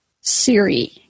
Siri